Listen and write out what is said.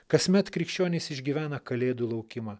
kasmet krikščionys išgyvena kalėdų laukimą